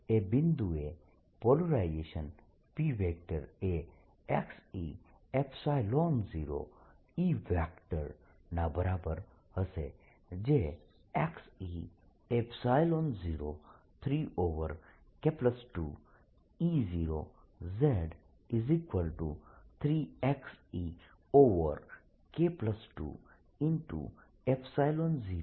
એ બિંદુએ polarisation P એ e0E ના બરાબર હશે જે e03K2E0z3eK20E0z બનશે